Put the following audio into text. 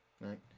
Right